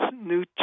new